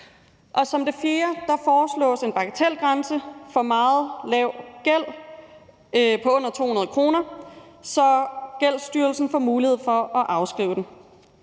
som det fjerde foreslås en bagatelgrænse for meget lav gæld på under 200 kr., så Gældsstyrelsen får mulighed for at afskrive den.